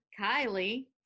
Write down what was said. Kylie